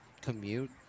commute